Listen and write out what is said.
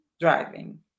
driving